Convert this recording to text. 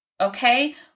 Okay